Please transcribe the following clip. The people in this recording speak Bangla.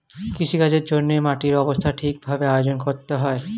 কৃষিকাজের জন্যে মাটির অবস্থা ঠিক ভাবে আয়োজন করতে হয়